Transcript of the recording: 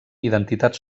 identitat